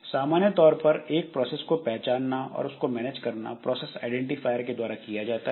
सामान्य तौर पर एक प्रोसेस को पहचानना और उसको मैनेज करना प्रोसेस आईडेंटिफायर के द्वारा किया जाता है